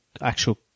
actual